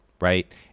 right